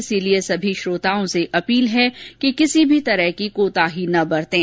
इसलिए सभी श्रोताओं से अपील है कि कोई भी कोताही न बरतें